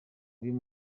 uyu